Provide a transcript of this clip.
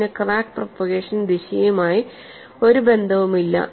ഇതിനു crack propagation ദിശയുമായി ഒരു ബന്ധവുമില്ല